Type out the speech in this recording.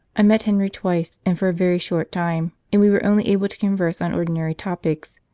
i met henry twice, and for a very short time, and we were only able to converse on ordinary topics.